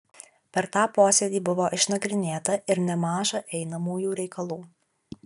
per tą posėdį buvo išnagrinėta ir nemaža einamųjų reikalų